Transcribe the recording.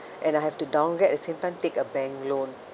and I have to downgrade at the same time take a bank loan